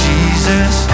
Jesus